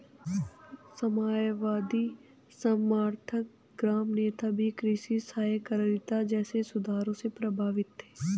साम्यवादी समर्थक ग्राम नेता भी कृषि सहकारिता जैसे सुधारों से प्रभावित थे